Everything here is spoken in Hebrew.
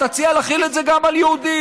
תציע להחיל את זה גם על יהודים.